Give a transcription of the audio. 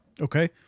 Okay